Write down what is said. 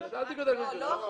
לא.